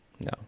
No